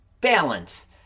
balance